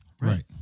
Right